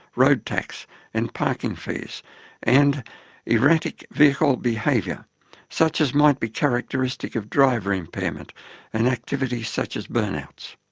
road tax and parking fees and erratic vehicle behaviour such as might be characteristic of driver impairment and activities such as burn-outs.